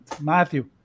Matthew